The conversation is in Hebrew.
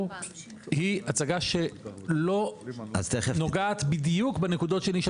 היא לא נוגעת בדיוק בנקודות שנשאלו כאן.